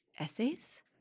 essays